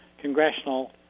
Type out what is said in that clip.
Congressional